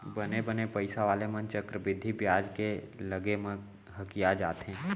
बने बने पइसा वाले मन चक्रबृद्धि बियाज के लगे म हकिया जाथें